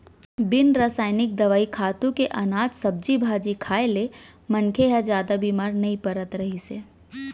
बिन रसइनिक दवई, खातू के अनाज, सब्जी भाजी खाए ले मनखे ह जादा बेमार नइ परत रहिस हे